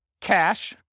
cash